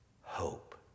hope